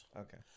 Okay